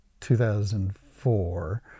2004